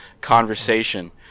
conversation